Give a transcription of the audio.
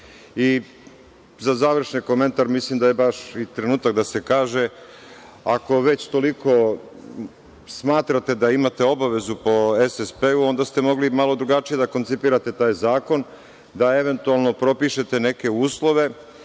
završni komentar, mislim da je baš i trenutak da se kaže, ako već toliko smatrate da imate obavezu po SSP-u, onda ste mogli malo drugačije da koncipirate taj zakon, da eventualno propišete neke uslove